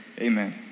amen